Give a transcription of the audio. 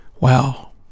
wow